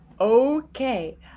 Okay